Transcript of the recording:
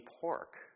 pork